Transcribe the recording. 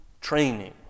training